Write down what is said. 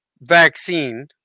vaccine